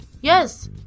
Yes